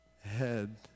head